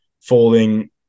folding